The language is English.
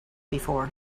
before